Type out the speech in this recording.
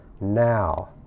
now